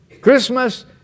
Christmas